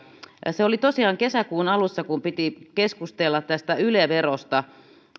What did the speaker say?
se oli tosiaan kesäkuun alussa kun piti keskustella tästä yle verosta